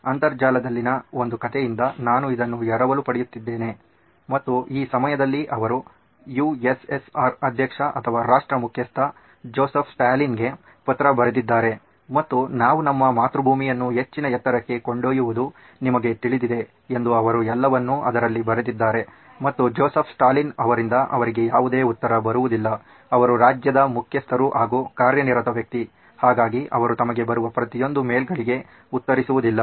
ಅಂತರ್ಜಾಲದಲ್ಲಿನ ಒಂದು ಕಥೆಯಿಂದ ನಾನು ಇದನ್ನು ಎರವಲು ಪಡೆಯುತ್ತಿದ್ದೇನೆ ಮತ್ತು ಆ ಸಮಯದಲ್ಲಿ ಅವರು USSR ಅಧ್ಯಕ್ಷ ಅಥವಾ ರಾಷ್ಟ್ರ ಮುಖ್ಯಸ್ಥ ಜೋಸೆಫ್ ಸ್ಟಾಲಿನ್ಗೆ ಪತ್ರ ಬರೆದಿದ್ದಾರೆ ಮತ್ತು ನಾವು ನಮ್ಮ ಮಾತೃಭೂಮಿಯನ್ನು ಹೆಚ್ಚಿನ ಎತ್ತರಕ್ಕೆ ಕೊಂಡೊಯ್ಯುವುದು ನಿಮಗೆ ತಿಳಿದಿದೆ ಎಂದು ಅವರು ಎಲ್ಲವನ್ನೂ ಅದರಲ್ಲಿ ಬರೆದಿದ್ದಾರೆ ಮತ್ತು ಜೋಸೆಫ್ ಸ್ಟಾಲಿನ್ ಅವರಿಂದ ಅವರಿಗೆ ಯಾವುದೇ ಉತ್ತರ ಬರುವುದಿಲ್ಲ ಅವರು ರಾಜ್ಯದ ಮುಖ್ಯಸ್ಥರು ಹಾಗೂ ಕಾರ್ಯನಿರತ ವ್ಯಕ್ತಿ ಹಾಗಾಗಿ ಅವರು ತಮಗೆ ಬರುವ ಪ್ರತಿಯೊಂದು ಮೇಲ್ಗಳಿಗೆ ಉತ್ತರಿಸುವುದಿಲ್ಲ